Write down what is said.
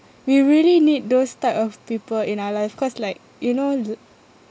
we really need those type of people in our life cause like you know